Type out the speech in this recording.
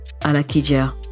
Alakija